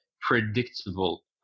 predictable